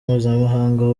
mpuzamahanga